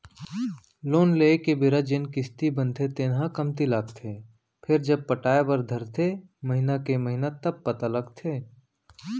loan लेए के बेरा जेन किस्ती बनथे तेन ह कमती लागथे फेरजब पटाय बर धरथे महिना के महिना तब पता लगथे